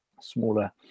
smaller